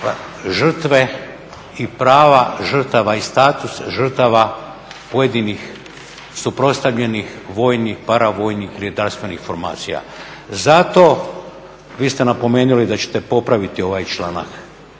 žrtve i prava žrtava i status žrtava pojedinih suprotstavljenih vojnih, paravojnih i redarstvenih formacija. Zato vi ste napomenuli da ćete popraviti ovaj članak,